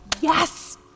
Yes